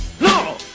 No